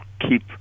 keep